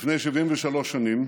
לפני 73 שנים,